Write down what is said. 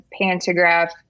pantograph